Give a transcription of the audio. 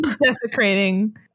desecrating